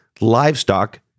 Livestock